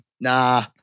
Nah